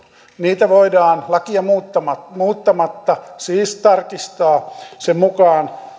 niitä voidaan lakia muuttamatta muuttamatta tarkistaa siis sen mukaan